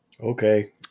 Okay